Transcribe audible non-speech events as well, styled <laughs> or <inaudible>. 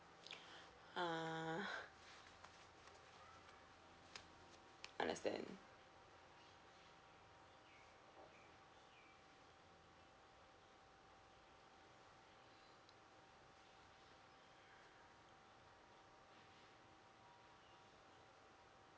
ah <laughs> understand